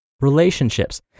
relationships